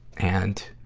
and,